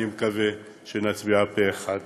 אני מקווה שנצביע פה-אחד